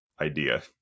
idea